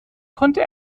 konnte